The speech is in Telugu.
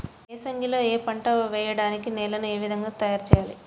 ఏసంగిలో ఏక పంటగ వెయడానికి నేలను ఏ విధముగా తయారుచేయాలి?